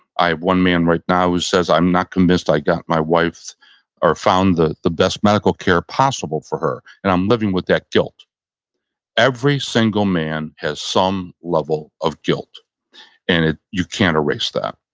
i have one man right now who says i'm not convinced i got my wife or found the the best medical care possible for her and i'm living with that guilt every single man has some level of guilt and you can't erase that.